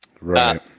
Right